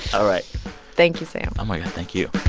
all right thank you, sam oh, my god, thank you